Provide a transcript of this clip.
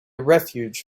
refuge